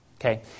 Okay